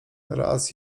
raz